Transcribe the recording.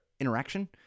interaction